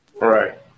Right